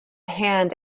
hand